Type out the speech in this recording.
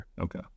Okay